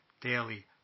daily